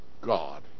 God